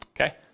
Okay